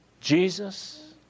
Jesus